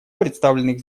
представленных